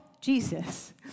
Jesus